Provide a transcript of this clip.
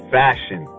fashion